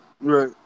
Right